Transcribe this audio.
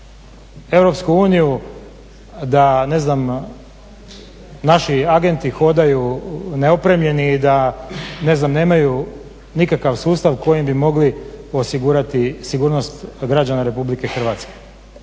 Europsku uniju da naši agenti hodaju neopremljeni i da nemaju nikakav sustav kojim bi mogli osigurati sigurnost građana Republike Hrvatske.